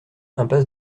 impasse